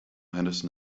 henderson